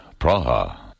Praha